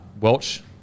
Welch